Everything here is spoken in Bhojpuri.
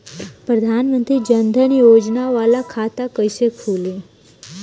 प्रधान मंत्री जन धन योजना वाला खाता कईसे खुली?